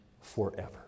forever